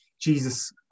Jesus